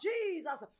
Jesus